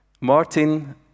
Martin